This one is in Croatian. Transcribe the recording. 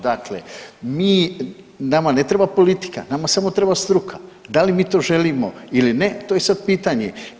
Dakle mi, nama ne treba politika, nama samo treba struka, da li mi to želimo ili ne to je sad pitanje.